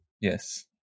Yes